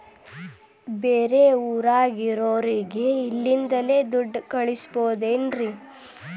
ಬೇರೆ ಊರಾಗಿರೋರಿಗೆ ಇಲ್ಲಿಂದಲೇ ದುಡ್ಡು ಕಳಿಸ್ಬೋದೇನ್ರಿ?